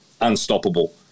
unstoppable